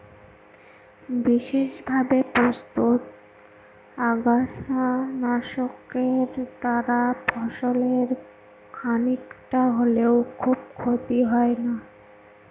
বিশেষভাবে প্রস্তুত আগাছা নাশকের দ্বারা ফসলের খানিকটা হলেও খুব ক্ষতি হয় না